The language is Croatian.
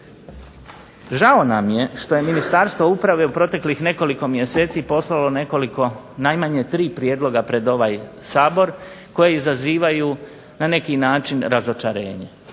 Žao nam je što je Ministarstvo uprave u proteklih nekoliko mjeseci poslalo nekoliko, najmanje 3 prijedloga pred ovaj Sabor koji izazivaju na neki način razočarenje.